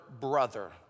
brother